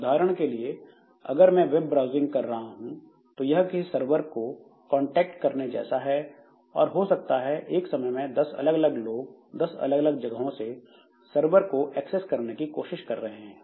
उदाहरण के लिए अगर मैं वेब ब्राउजिंग कर रहा हूं तो यह किसी सरवर को कांटेक्ट करने जैसा है और हो सकता है एक समय में 10 अलग अलग लोग 10 अलग अलग जगहों से सरवर को एक्सेस करने की कोशिश कर रहे हैं